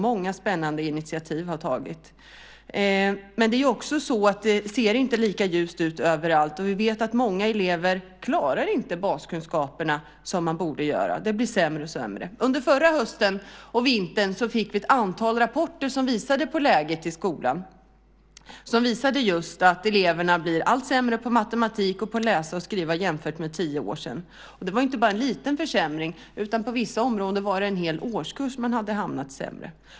Många spännande initiativ har tagits. Men det ser inte lika ljust ut överallt. Vi vet att många elever inte klarar baskunskaperna som de borde göra. Det blir sämre och sämre. Under förra hösten och vintern fick vi ett antal rapporter som visade på läget i skolan. De visade just att eleverna blir allt sämre på matematik och på att läsa och skriva jämfört med för tio år sedan. Det var inte bara en liten försämring. På vissa områden var det en hel årskurs de hade hamnat sämre.